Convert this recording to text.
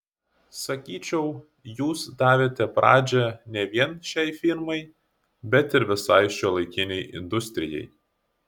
sakyčiau jūs davėte pradžią ne vien šiai firmai bet ir visai šiuolaikinei industrijai